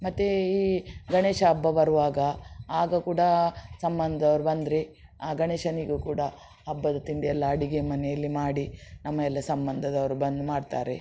ಮತ್ತು ಈ ಗಣೇಶ ಹಬ್ಬ ಬರುವಾಗ ಆಗ ಕೂಡ ಸಂಬಂಧದವರು ಬಂದರೆ ಆ ಗಣೇಶನಿಗೂ ಕೂಡ ಹಬ್ಬದ ತಿಂಡಿಯೆಲ್ಲ ಅಡುಗೆ ಮನೆಯಲ್ಲಿ ಮಾಡಿ ನಮ್ಮ ಎಲ್ಲ ಸಂಬಂಧದವರು ಬಂದು ಮಾಡ್ತಾರೆ